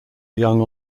young